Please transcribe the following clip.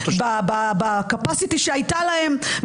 ב-capacity שהייתה להם,